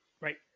right